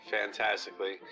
fantastically